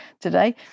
today